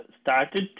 started